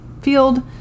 field